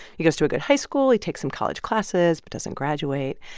he goes to a good high school. he takes some college classes but doesn't graduate.